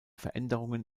veränderungen